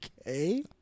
Okay